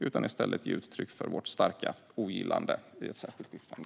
I stället ger vi uttryck för vårt starka ogillande i ett särskilt yttrande.